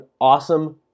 awesome